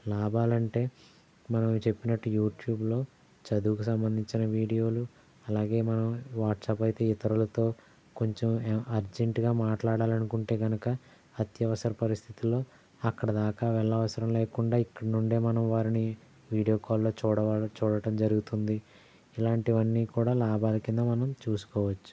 లాభాలంటే మనం చెప్పినట్టు యుట్యూబ్లో చదువుకి సంబంధించిన వీడియోలు అలాగే మనం వాట్సాప్ అయితే ఇతరులతో కొంచెం అర్జెంటుగా మాట్లాడాలనుకుంటే కనుక అత్యవసర పరిస్థితుల్లో అక్కడి దాకా వెళ్ళనవసరం లేకుండా ఇక్కడినుండే మనం వారిని వీడియో కాల్లో చూడవ చూడటం జరుగుతుంది ఇలాంటివన్నీ కూడా లాభలాకింద మనం చూసుకోవచ్చు